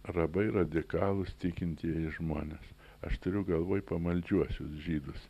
labai radikalūs tikintieji žmonės aš turiu galvoj pamaldžiuosius žydus